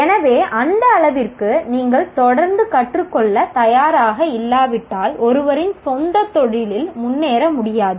எனவே அந்த அளவிற்கு நீங்கள் தொடர்ந்து கற்றுக்கொள்ளத் தயாராக இல்லாவிட்டால் ஒருவரின் சொந்தத் தொழிலில் முன்னேற முடியாது